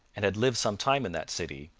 and had lived some time in that city,